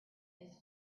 his